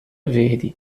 verde